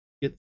get